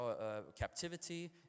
captivity